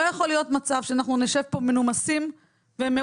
לא יכול להיות מצב שאנחנו נשב פה מנומסים ומעונבים,